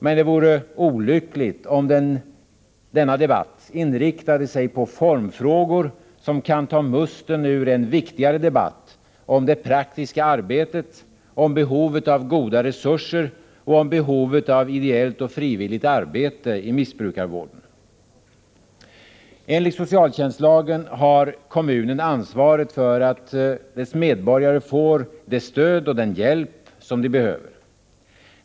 Men det vore olyckligt om denna debatt inriktade sig på formfrågor som kan ta musten ur en viktigare debatt om det praktiska arbetet, om behovet av goda resurser och om behovet av ideellt och frivilligt arbete i missbrukarvården. Enligt socialtjänstlagen har kommunen ansvaret för att dess medborgare får det stöd och den hjälp som de behöver.